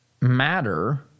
matter